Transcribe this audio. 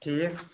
ٹھیٖک